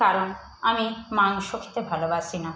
কারণ আমি মাংস খেতে ভালোবাসি না